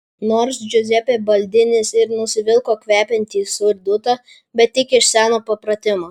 nors džiuzepė baldinis ir nusivilko kvepiantį surdutą bet tik iš seno papratimo